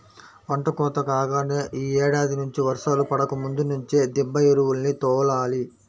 పంట కోత కాగానే యీ ఏడాది నుంచి వర్షాలు పడకముందు నుంచే దిబ్బ ఎరువుల్ని తోలాలి